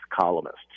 columnists